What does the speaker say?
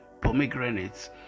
pomegranates